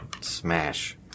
Smash